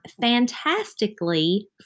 fantastically